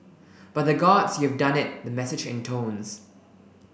by the Gods you've done it the message intones